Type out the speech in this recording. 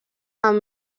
amb